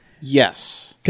Yes